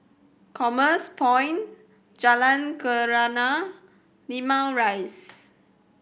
Commerce Point Jalan Kenarah Limau Rise